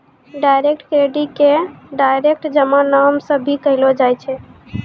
direct credit के direct जमा नाम से भी कहलो जाय छै